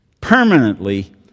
permanently